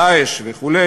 "דאעש" וכו',